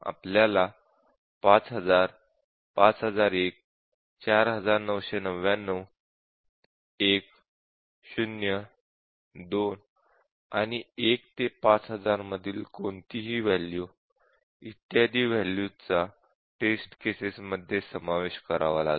आपल्याला 5000 5001 4999 1 0 २ आणि १ ते ५००० मधील कोणतीही वॅल्यू इत्यादीं वॅल्यूज चा टेस्ट केसेस मध्ये समावेश करावा लागेल